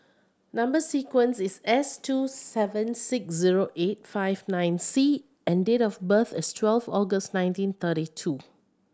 number sequence is S two seven six zero eight five nine C and date of birth is twelve August nineteen thirty two